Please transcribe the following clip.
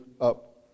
up